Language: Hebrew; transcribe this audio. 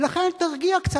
ולכן, תרגיע קצת.